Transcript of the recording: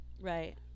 Right